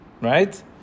Right